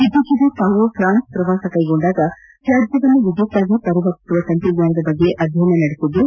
ಇತ್ತೀಚೆಗೆ ತಾವು ಪ್ರಾನ್ಸೆ ಪ್ರವಾಸ ಕೈಗೊಂಡಾಗ ತ್ಯಾಜ್ಯವನ್ನು ವಿದ್ಯುತ್ತಾಗಿ ಪರಿವರ್ತಿಸುವ ತಂತ್ರಜ್ಞಾನದ ಬಗ್ಗೆ ಅಧ್ಯಯನ ನಡೆಸಿದ್ದು